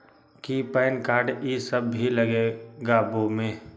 कि PAN card इ सब भी लगेगा वो में?